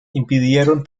impidieron